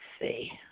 see